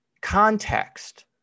context